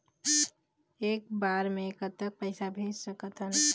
एक बार मे कतक पैसा भेज सकत हन?